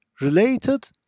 related